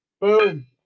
Boom